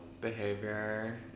behavior